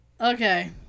Okay